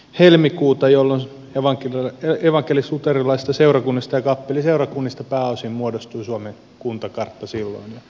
helmikuuta jolloin evankelisluterilaisista seurakunnista ja kappeliseurakunnista pääosin muodostui suomen kuntakartta silloin